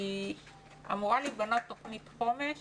אמורה להיבנות תכנית חומש